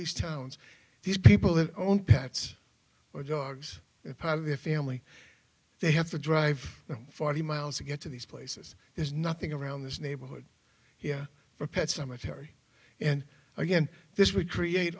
these towns these people who own pets or dogs part of their family they have to drive forty miles to get to these places there's nothing around this neighborhood yeah for pet cemetery and again this would create